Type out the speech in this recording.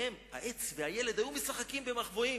והם" העץ והילד, "היו משחקים במחבואים.